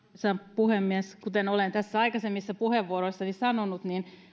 puhemies kuten olen aikaisemmissa puheenvuoroissani sanonut